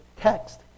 text